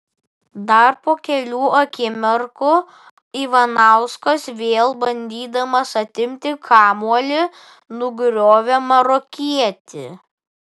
dar po kelių akimirkų ivanauskas vėl bandydamas atimti kamuolį nugriovė marokietį